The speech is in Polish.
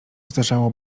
zdarzało